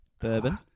Bourbon